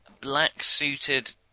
black-suited